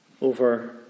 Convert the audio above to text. over